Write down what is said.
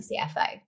CFO